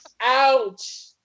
Ouch